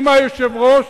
אם היושב-ראש